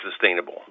sustainable